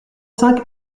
cinq